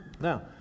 Now